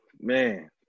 man